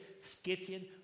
Scythian